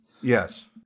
Yes